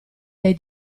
dai